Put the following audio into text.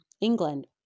England